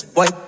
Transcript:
Boy